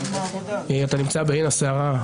אתה נמצא בעין הסערה.